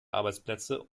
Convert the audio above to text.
arbeitsplätze